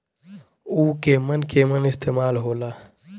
उव केमन केमन इस्तेमाल हो ला?